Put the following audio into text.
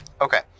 Okay